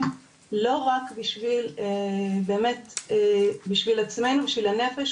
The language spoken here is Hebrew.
לא רק באמת בשביל עצמנו ובשביל הנפש,